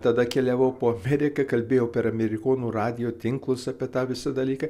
tada keliavau po ameriką kalbėjau per amerikonų radijo tinklus apie tą visą dalyką